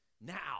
now